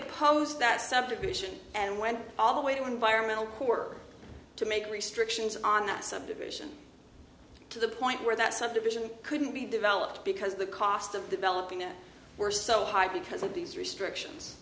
opposed that subdivision and went all the way to environmental who are to make restrictions on that subdivision to the point where that subdivision couldn't be developed because the cost of developing it were so high because of these restrictions